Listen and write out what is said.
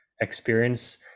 experience